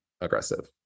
aggressive